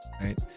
right